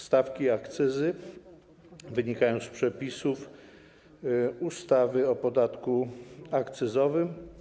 Stawki akcyzy wynikają z przepisów ustawy o podatku akcyzowym.